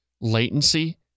latency